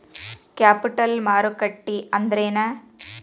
Capital ಮಾರುಕಟ್ಟಿ ಅಂದ್ರೇನ?